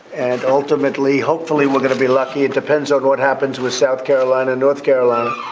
and ultimately hopefully we're going to be lucky it depends on what happens with south carolina and north carolina.